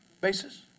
basis